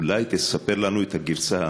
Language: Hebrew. אולי תספר לנו את הגרסה האמיתית.